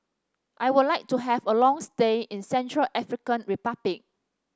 I would like to have a long stay in Central African Republic